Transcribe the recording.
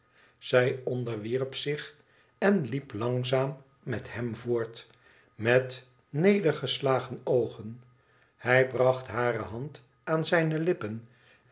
zij onderwierp zich en liep langzaam met hem voort met nedergeslagen oogen hij bracht hare hand aan zijne lippen